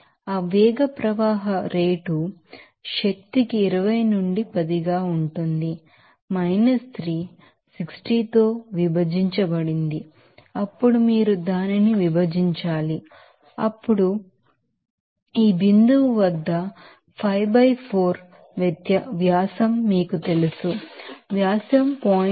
ఆ velocity flow rate శక్తికి 20 నుండి 10 గా ఉంటుంది 3 60 తో విభజించబడింది అప్పుడు మీరు దానిని విభజించాలి అప్పుడు మీరు దానిని విభజించాలి ఈ పాయింట్ వద్ద 5 బై 4 వ్యాసం మీకు తెలుసు వ్యాసం 0